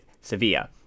Sevilla